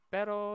Pero